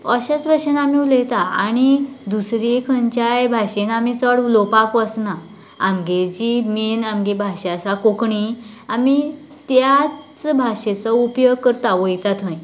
अशेंच भशेन आमी उलयता आनी दुसरी खंयच्याय भाशेन आमी चड उलोवपाक वचना आमगे जी मेन आमगे भाशा आसा कोंकणी आमी त्याच भाशेचो उपयोग करता वयतात थंय